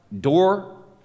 door